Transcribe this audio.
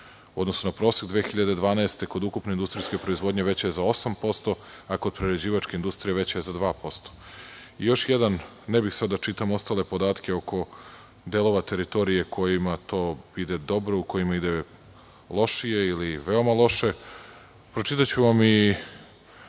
odnosu na prosek 2012. godine kod ukupne industrijske proizvodnje veća je za 8% ako je prerađivačka industrija veća za 2%.Ne bih sada da čitam ostale podatke oko delova teritorije u kojima to ide dobro, u kojima ide lošije ili veoma loše. Pročitaću vam i